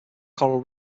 coral